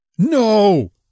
No